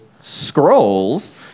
scrolls